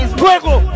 fuego